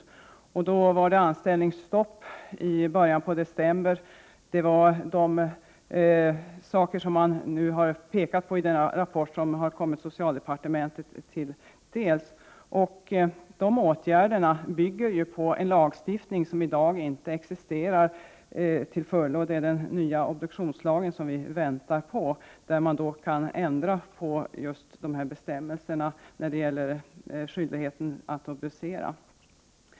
I början av december infördes anställningsstopp, och man genomförde de andra åtgärder som det pekas på i den rapport som kommit socialdepartementet till del. Dessa åtgärder bygger ju på en lagstiftning som inte existerar till fullo i dag. Det är den nya obduktionslagen som vi väntar på för att kunna ändra bestämmelserna när det gäller skyldigheten att obducera.